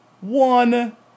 One